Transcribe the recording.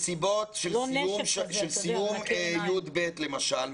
מסיבות של סיום י"ב למשל,